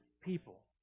people